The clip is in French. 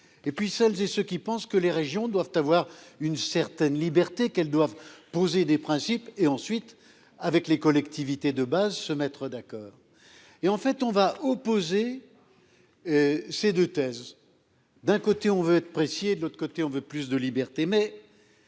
et puis celles et ceux qui pensent que les régions doivent avoir une certaine liberté qu'elles doivent poser des principes et ensuite avec les collectivités de base se mettre d'accord. Et en fait on va opposer. Ces 2 thèses. D'un côté on veut être précis et de l'autre côté, on veut plus de liberté